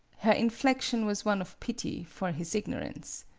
her inflection was one of pity for his ignorance.